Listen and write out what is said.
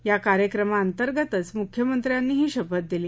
या कार्यक्रमाअंतर्गतच मुख्यमंत्र्यांनी ही शपथ दिली